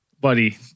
Buddy